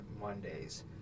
Mondays